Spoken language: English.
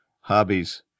hobbies